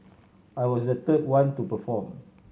I was the third one to perform